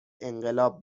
انقلاب